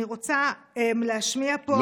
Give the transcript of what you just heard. להשמיע פה,